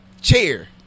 chair